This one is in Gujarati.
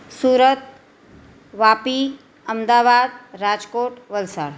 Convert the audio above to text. સુરત વાપી અમદાવાદ રાજકોટ વલસાડ